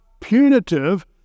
punitive